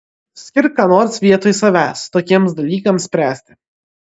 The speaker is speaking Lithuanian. skirk ką nors vietoj savęs tokiems dalykams spręsti